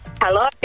Hello